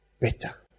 Better